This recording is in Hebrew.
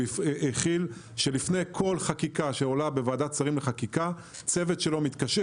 החיל הוא שלפני כל חקיקה שעולה בוועדת השרים לחקיקה צוות שלו מתקשר